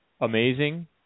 amazing